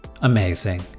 Amazing